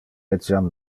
etiam